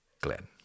Glenn